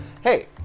Hey